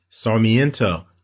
Sarmiento